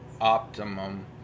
Optimum